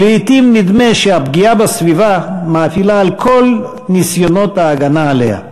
ולעתים נדמה שהפגיעה בסביבה מאפילה על כל ניסיונות ההגנה עליה.